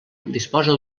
disposa